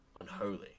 unholy